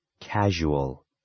Casual